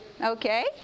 Okay